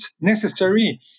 necessary